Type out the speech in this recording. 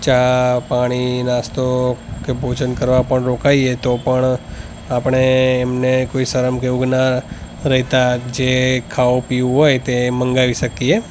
ચા પાણી નાસ્તો કે ભોજન કરવા પણ રોકાઈએ તો પણ આપણે એમને કોઈ શરમ જેવુ ના રહેતા જે ખાવું પીવું હોય તે મગાવી શકીએ